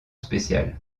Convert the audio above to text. spéciale